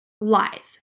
lies